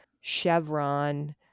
Chevron